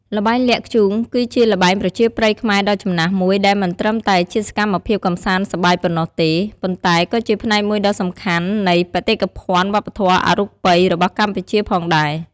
ល្បែងលាក់ធ្យូង គឺជាល្បែងប្រជាប្រិយខ្មែរដ៏ចំណាស់មួយ ដែលមិនត្រឹមតែជាសកម្មភាពកម្សាន្តសប្បាយប៉ុណ្ណោះទេ ប៉ុន្តែក៏ជាផ្នែកមួយដ៏សំខាន់នៃ បេតិកភណ្ឌវប្បធម៌អរូបី របស់កម្ពុជាផងដែរ។